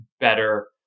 better